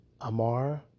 Amar